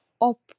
up